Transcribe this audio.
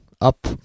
up